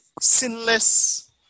sinless